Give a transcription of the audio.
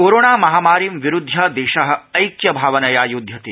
corona महामारीं विरुध्य देश ऐक्य भावनया युध्यते